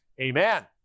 amen